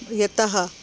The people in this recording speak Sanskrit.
यतः